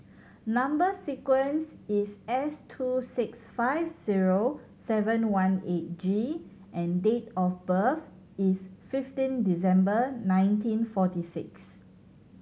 number sequence is S two six five zero seven one eight G and date of birth is fifteen December nineteen forty six